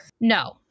No